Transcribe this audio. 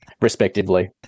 respectively